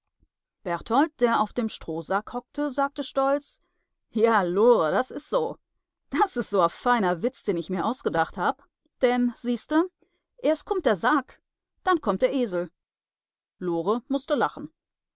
berthold der auf dem strohsack hockte sagte stolz ja lore das is so das is so a feiner witz den ich mir ausgedacht hab denn siehste erst kummt der sack und dann kommt der esel lore mußte lachen